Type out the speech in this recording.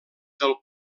del